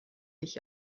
ich